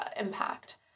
impact